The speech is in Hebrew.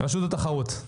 רשות התחרות.